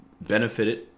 benefited